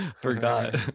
Forgot